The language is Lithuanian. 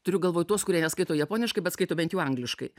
turiu galvoj tuos kurie neskaito japoniškai bet skaito bent jau angliškai